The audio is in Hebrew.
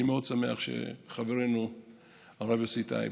אני מאוד שמח שחברנו הרב יוסי טייב,